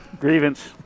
Grievance